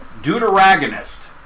Deuteragonist